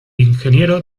ingeniero